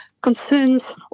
concerns